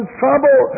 trouble